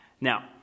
now